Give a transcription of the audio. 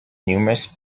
numerous